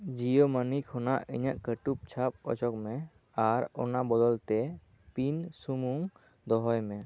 Jio money ᱠᱷᱚᱱᱟᱜ ᱤᱧᱟᱜ ᱠᱟᱹᱴᱩᱵ ᱪᱷᱟᱯ ᱚᱪᱚᱜ ᱢᱮ ᱟᱨ ᱚᱱᱟ ᱵᱚᱫᱚᱞ ᱛᱮ ᱯᱤᱱ ᱥᱩᱢᱩᱝ ᱫᱚᱦᱚᱭ ᱢᱮ